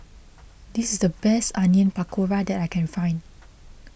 this is the best Onion Pakora that I can find